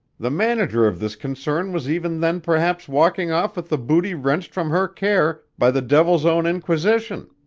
the manager of this concern was even then perhaps walking off with the booty wrenched from her care by the devil's own inquisition.